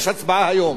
יש הצבעה היום.